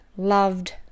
loved